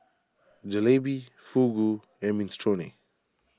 Jalebi Fugu and Minestrone